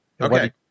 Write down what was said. Okay